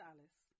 Alice